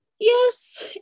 Yes